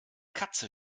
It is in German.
katze